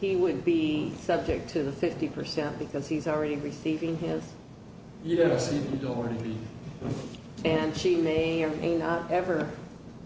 he would be subject to the fifty percent because he's already receiving his yes to dorothy and she may or may not ever